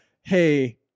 hey